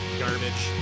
garbage